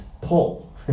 pull